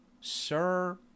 sir